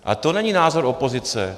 A to není názor opozice.